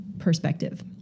perspective